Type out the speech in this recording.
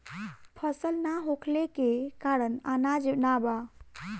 फसल ना होखले के कारण अनाज ना बा